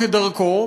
כדרכו,